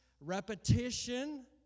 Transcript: repetition